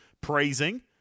praising